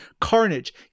Carnage